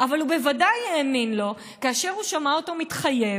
אבל הוא בוודאי האמין לו כאשר הוא שמע אותו מתחייב